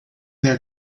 their